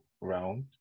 round